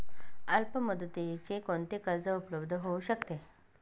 अल्पमुदतीचे कोणते कर्ज उपलब्ध होऊ शकते?